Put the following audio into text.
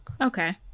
okay